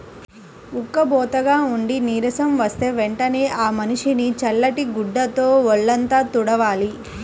ఉక్కబోతగా ఉండి నీరసం వస్తే వెంటనే ఆ మనిషిని చల్లటి గుడ్డతో వొళ్ళంతా తుడవాలి